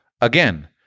Again